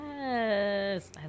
Yes